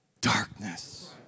darkness